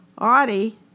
Audie